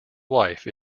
wife